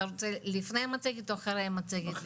אתה רוצה לפני המצגת או אחרי המצגת?